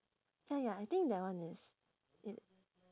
ya ya I think that one is